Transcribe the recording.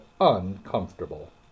uncomfortable